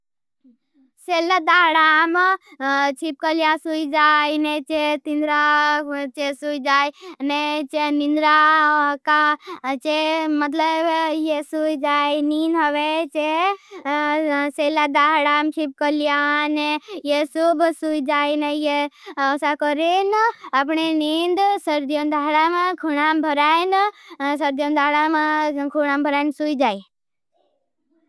सेलादाराम शिपकलिया सुईजाई ने चे तिन्द्राव का चे सुईजाई। ने चे निंद्राव का चे मतलब ये सुईजाई निन हवेचे सेलादाहडाम शिपकल्यान। ये सूब सुईजाईन ये असा करेन। अपने नींद सर्दियोंदाहडाम खुणां भराएन सर्दियोंदाहडाम खुणां भराएन सुईजाई।